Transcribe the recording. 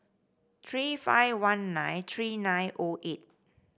three five one nine three nine O eight